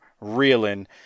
reeling